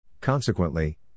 Consequently